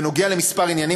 כמה עניינים,